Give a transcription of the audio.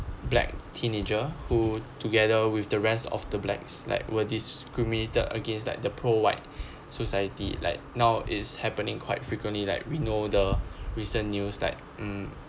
black teenager who together with the rest of the blacks like were discriminated against like the pro white society like now is happening quite frequently like we know the recent news like mm